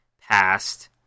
past